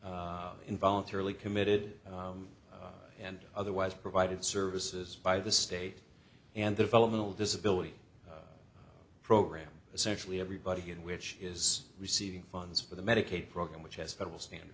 d involuntarily committed and otherwise provided services by the state and the developmental disability program essentially everybody in which is receiving funds for the medicaid program which as federal standard